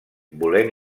volent